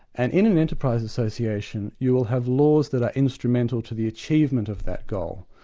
and in an enterprise association you'll have laws that are instrumental to the achievement of that goal,